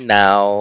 now